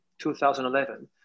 2011